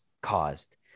caused